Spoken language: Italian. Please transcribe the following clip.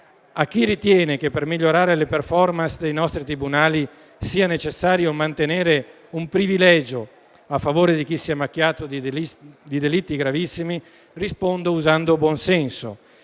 A chi ritiene che per migliorare le *performance* dei nostri tribunali sia necessario mantenere un privilegio a favore di chi si è macchiato di delitti gravissimi rispondo usando buonsenso: